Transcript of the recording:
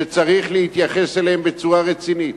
שצריך להתייחס אליהן בצורה רצינית.